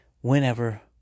whenever